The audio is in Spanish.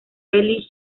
rally